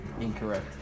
Incorrect